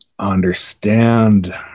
understand